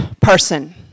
person